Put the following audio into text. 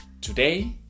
Today